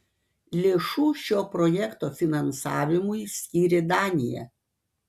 lėšų šio projekto finansavimui skyrė danija